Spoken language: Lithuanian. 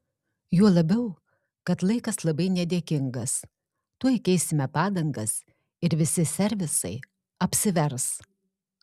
juo labiau kad laikas labai nedėkingas tuoj keisime padangas ir visi servisai apsivers